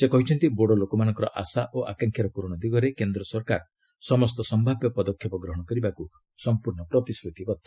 ସେ କହିଛନ୍ତି ବୋଡୋ ଲୋକମାନଙ୍କର ଆଶା ଓ ଆକାଂକ୍ଷାର ପ୍ରରଣ ଦିଗରେ କେନ୍ଦ୍ର ସରକାର ସମସ୍ତ ସମ୍ଭାବ୍ୟ ପଦକ୍ଷେପ ଗ୍ରହଣ କରିବାକୁ ପ୍ରତିଶ୍ରତିବଦ୍ଧ